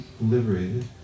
liberated